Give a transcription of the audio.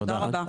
תודה רבה.